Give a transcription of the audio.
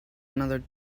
another